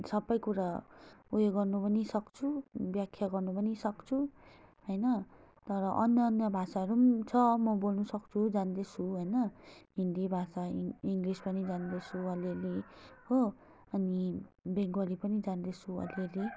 सबै कुरा उयो गर्नु पनि सक्छु व्याख्या गर्नु पनि सक्छु होइन तर अन्य अन्य भाषाहरू पनि छ म बोल्नु सक्छु जान्दछु होइन हिन्दी भाषा इङ्ग्लिस पनि जान्दछु अलिअलि हो अनि बङ्गाली पनि जान्दछु अलिअलि